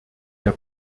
der